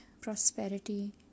prosperity